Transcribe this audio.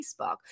Facebook